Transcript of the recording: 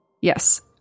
Yes